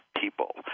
people